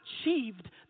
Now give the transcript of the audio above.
achieved